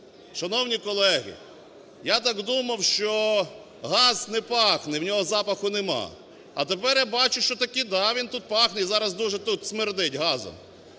Шановні колеги, я так думав, що газ не пахне, у нього запаху немає. А тепер я бачу, що таки, да, він тут пахне, і даже тут смердить газом.